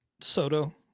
Soto